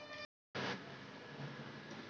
Hybrid రకాల విత్తనాలు తక్కువ ధర ఉంటుందా?